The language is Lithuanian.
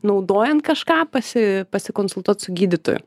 naudojant kažką pasi pasikonsultuot su gydytoju